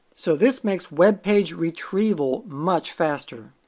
so this makes webpage retrieval much faster.